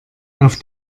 auf